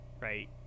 right